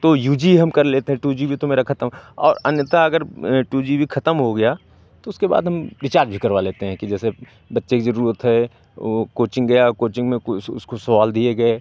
तो यूज़ ई हम कर लेते टू जी बी तो मेरा खतम और अन्यथा अगर टू जी बी खतम हो गया तो उसके बाद हम रीचार्ज भी करवा लेते हैं कि जैसे बच्चे की ज़रूरत है वो कोचिंग गया कोचिंग में कोई उस उसको सवाल दिए गए